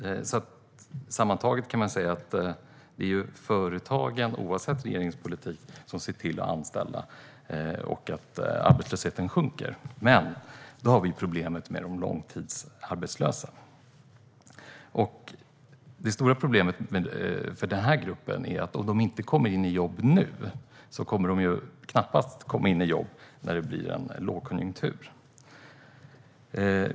Sammantaget kan man säga att det är företagen, oavsett regeringens politik, som ser till att anställa och att arbetslösheten sjunker. Men då har vi problemet med de långtidsarbetslösa. Det stora problemet är att om de inte kommer in i jobb nu kommer de knappast att komma in i jobb när det blir en lågkonjunktur.